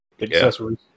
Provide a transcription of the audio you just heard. Accessories